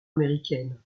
américaine